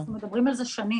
אנחנו מדברים על זה שנים.